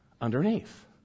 underneath